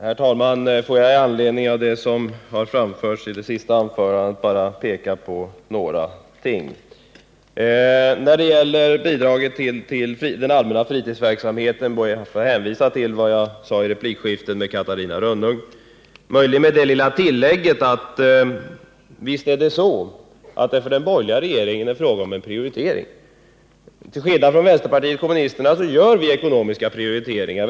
Herr talman! Får jag i anledning av det som har framförts i det senaste anförandet bara peka på några ting. När det gäller bidraget till den allmänna fritidsverksamheten ber jag att få hänvisa till vad jag sade i replikskiftet med Catarina Rönnung, möjligen med det lilla tillägget att visst är det så, att det för den borgerliga regeringen är fråga om en prioritering. Till skillnad från vänsterpartiet kommunisterna gör vi på den borgerliga kanten ekonomiska prioriteringar.